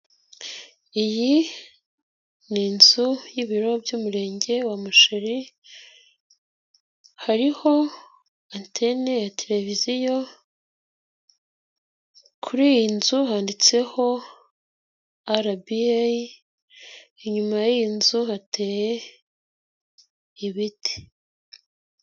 Iyi ni inzu y'ibiro by'Umurenge wa Musheri, hariho antene ya televiziyo, kuri iyi nzu handitseho RBA, inyuma y'iyi nzu hateye ibiti.